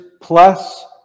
plus